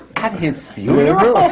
at his funeral?